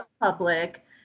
public